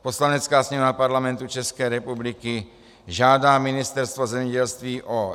Poslanecká sněmovna Parlamentu České republiky žádá Ministerstvo zemědělství o